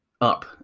up